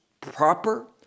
proper